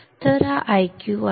तर हा Iq आहे